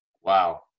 Wow